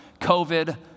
COVID